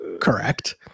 Correct